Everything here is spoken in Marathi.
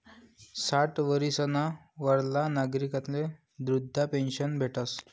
साठ वरीसना वरला नागरिकस्ले वृदधा पेन्शन भेटस